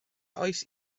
oes